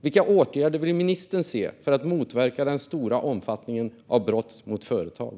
Vilka åtgärder vill ministern vidta för att motverka den stora omfattningen av brott mot företag?